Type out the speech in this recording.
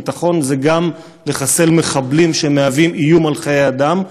ביטחון זה גם לחסל מחבלים שמהווים איום על חיי אדם,